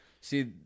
See